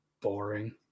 Boring